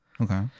Okay